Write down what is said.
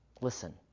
Listen